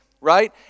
Right